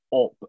up